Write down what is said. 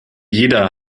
jeder